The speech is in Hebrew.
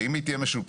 ואם היא תהיה משופרת,